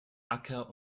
acker